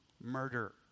murder